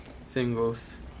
singles